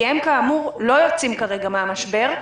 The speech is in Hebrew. כי הם כאמור לא יוצאים כרגע מן המשבר,